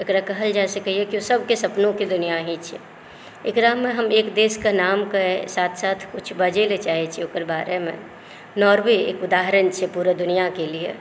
एकरा कहल जा सकै सभकेँ सपनोकेँ दुनिआ अछि एकरामे हम एक देशके नामके साथ साथ किछु बाजय लेल चाहै छी ओकरा बारेमे नॉर्वे एक उदहारण छै पुरा दुनिआकेँ लिए